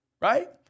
Right